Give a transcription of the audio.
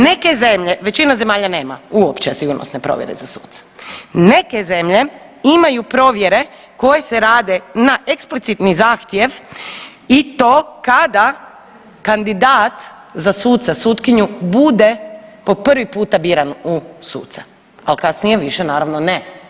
Neke zemlje, većina zemalja nema uopće sigurnosne provjere za suce, neke zemlje imaju provjere koje se rade na eksplicitni zahtjev i to kada kandidat za suca, sutkinju bude po prvi puta biran u suca, ali kasnije više naravno ne.